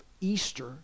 Easter